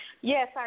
Yes